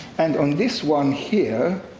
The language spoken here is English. and on this one, here,